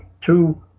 two